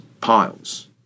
piles